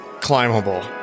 climbable